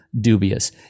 dubious